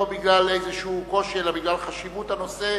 לא בגלל איזה קושי אלא בגלל חשיבות הנושא